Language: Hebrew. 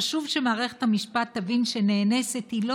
חשוב שמערכת המשפט תבין שנאנסת היא לא